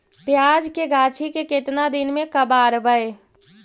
प्याज के गाछि के केतना दिन में कबाड़बै?